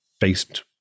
based